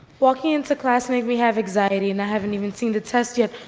walking into class make me have anxiety and i haven't even seen the test yet.